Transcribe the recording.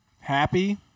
Happy